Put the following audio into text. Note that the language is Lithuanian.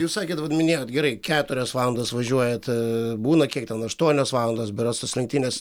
jūs sakėt vat minėjot gerai keturias valandas važiuojat būna kiek ten aštuonios valandos berods tos lenktynės